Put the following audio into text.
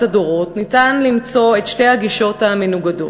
הדורות אפשר למצוא את שתי הגישות המנוגדות,